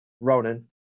Ronan